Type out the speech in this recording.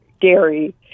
Gary